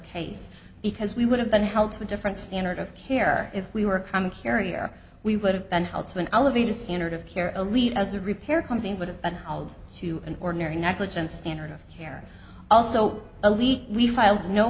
case because we would have been held to a different standard of care if we were a common carrier we would have been held to an elevated standard of care elite as a repair company would have been held to an ordinary negligent standard of care also a leak we filed no